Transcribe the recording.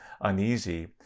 uneasy